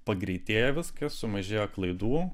pagreitėja viskas sumažėja klaidų